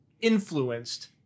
influenced